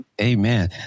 Amen